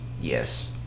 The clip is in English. Yes